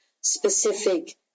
specific